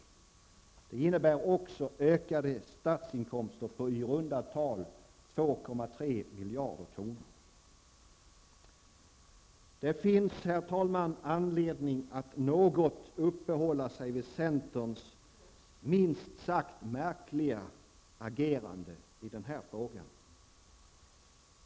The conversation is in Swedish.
Detta innebär också ökade statsinkomster på i runda tal 2,3 miljarder kronor. Det finns anledning att något uppehålla sig vid centerns minst sagt märkliga agerande i denna fråga.